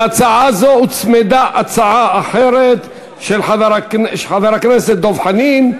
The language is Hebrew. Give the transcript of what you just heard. להצעה זו הוצמדה הצעה אחרת, של חבר הכנסת דב חנין,